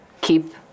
keep